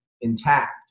intact